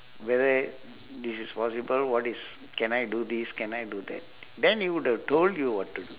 whether this is possible what is can I do this can I do that then he would have told you what to do